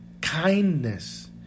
kindness